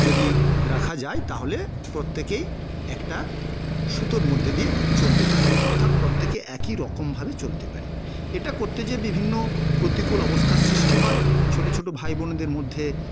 যদি রাখা যায় তাহলে প্রত্যেকেই একটা সুতোর মধ্যে দিয়ে চলতে পারি অর্থাৎ প্রত্যেকে একইরকমভাবে চলতে পারি এটা করতে গিয়ে বিভিন্ন প্রতিকূল অবস্থার সৃষ্টি হয় ছোটো ছোটো ভাইবোনেদের মধ্যে